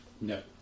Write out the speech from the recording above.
No